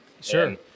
Sure